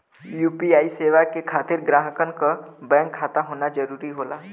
UPI सेवा के खातिर ग्राहकन क बैंक खाता होना जरुरी होला